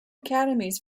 academies